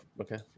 okay